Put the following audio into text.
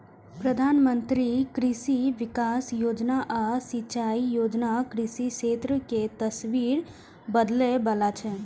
प्रधानमंत्री कृषि विकास योजना आ सिंचाई योजना कृषि क्षेत्र के तस्वीर बदलै बला छै